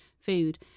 food